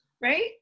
Right